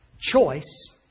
Choice